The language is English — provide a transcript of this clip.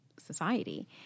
Society